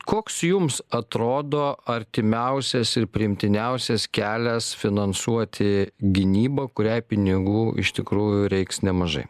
koks jums atrodo artimiausias ir priimtiniausias kelias finansuoti gynybą kurią pinigų iš tikrųjų reiks nemažai